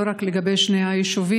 לא רק לגבי שני היישובים,